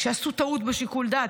שעשו טעות בשיקול הדעת,